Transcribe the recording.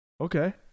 Okay